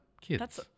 kids